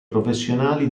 professionali